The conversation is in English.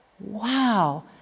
Wow